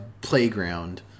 playground